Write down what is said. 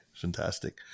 Fantastic